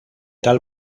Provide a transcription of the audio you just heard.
tal